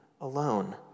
alone